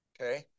Okay